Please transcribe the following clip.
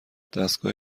دستگاه